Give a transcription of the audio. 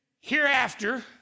hereafter